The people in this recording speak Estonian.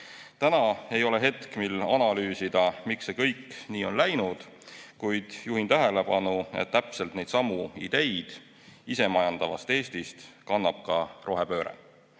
Täna ei ole hetk, mil analüüsida, miks see kõik nii on läinud, kuid juhin tähelepanu, et täpselt neidsamu isemajandava Eesti ideid kannab ka rohepööre.